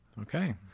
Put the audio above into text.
Okay